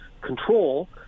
control